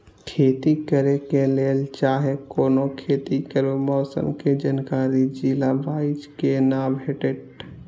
खेती करे के लेल चाहै कोनो खेती करू मौसम के जानकारी जिला वाईज के ना भेटेत?